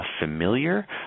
familiar